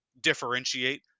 differentiate